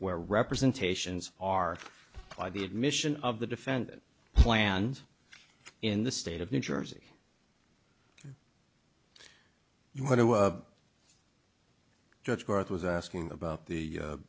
where representations are by the admission of the defendant plans in the state of new jersey you want to judge bork was asking about the